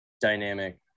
Dynamic